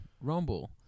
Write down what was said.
Rumble